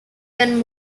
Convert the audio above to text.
then